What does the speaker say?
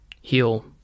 heal